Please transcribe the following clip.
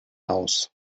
aus